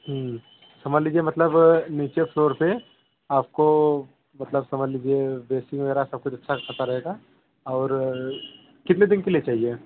समझ लीजिए मतलब नीचे फ्लोर पे आपको मतलब समझ लीजिए वगैरह सबकुछ अच्छा रहेगा और कितने दिन के लिए चाहिए